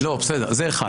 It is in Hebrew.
בסדר, זה אחד.